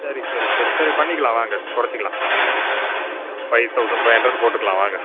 சரி சரி சரி சரி பண்ணிக்கலாம் வாங்க கொறைச்சிக்கலாம் ஒரு ஃபைவ் தௌசண்ட் ஃபைவ் ஹண்ட்ரட் போட்டுக்கலாம் வாங்க